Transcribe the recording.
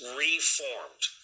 reformed